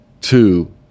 two